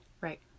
Right